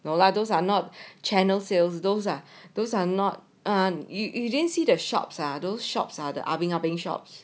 no lah those are not channel sales those are those are not you you didn't see the shops ah those shops are the ah beng ah beng shops